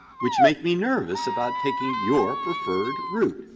which make me nervous about taking your preferred group.